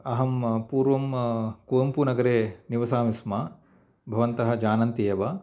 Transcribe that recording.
अहं पूर्वं कोवम्पुनगरे निवसामि स्म भवन्तः जानन्ति एव